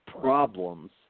problems